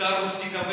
במבטא רוסי כבד,